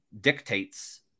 dictates